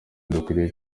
dukwiriye